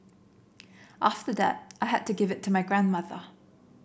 after that I had to give it to my grandmother